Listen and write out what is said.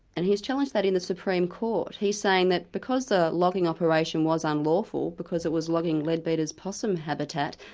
and he's challenged that in the supreme court. he's saying that because the logging operation was unlawful, because it was logging leadbeater's possum habitat,